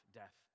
death